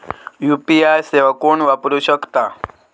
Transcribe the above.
UPI सेवा कोण वापरू शकता?